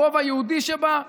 ברוב היהודי שבה,